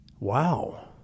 Wow